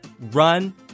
run